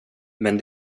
men